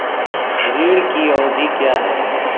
ऋण की अवधि क्या है?